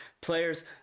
players